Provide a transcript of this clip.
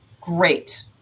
Great